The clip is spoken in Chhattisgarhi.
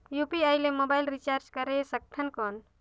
यू.पी.आई ले मोबाइल रिचार्ज करे सकथन कौन?